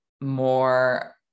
more